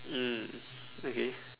mm okay